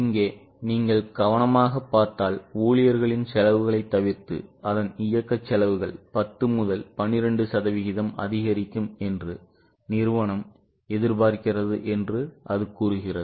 இங்கே நீங்கள் கவனமாகப் பார்த்தால் ஊழியர்களின்செலவுகளைத்தவிர்த்து அதன் இயக்க செலவுகள் 10 முதல் 12 சதவிகிதம் அதிகரிக்கும் என்று நிறுவனம் எதிர்பார்க்கிறது என்று அது கூறுகிறது